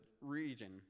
region